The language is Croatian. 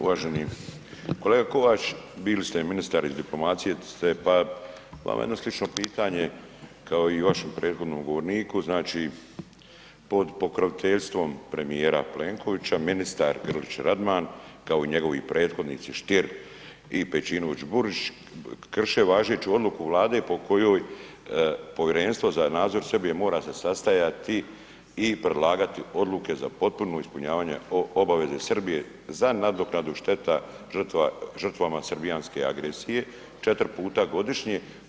Uvaženi kolega Kovač, bili ste ministar iz diplomacije pa vama jedno slično pitanje kao i vašem prethodnom govorniku, znači pod pokroviteljstvom premijera Plenkovića ministar Grlić-Radman, kao i njegovi prethodnici Stier i Pejčinović-Burić krše važeću odluku Vlade po kojoj povjerenstvo za nadzor Srbije mora se sastajati i predlagati odluke za potpuno ispunjavanje obaveze Srbije za nadoknadu šteta žrtvama srbijanske agresije 4 puta godišnje.